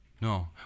No